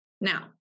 Now